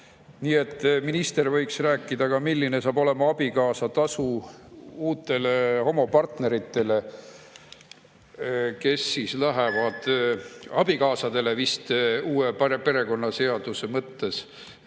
Nii et minister võiks rääkida, milline saab olema abikaasatasu uutele homopartneritele, vist abikaasadele uue perekonnaseaduse mõttes, ning